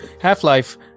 Half-Life